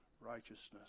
righteousness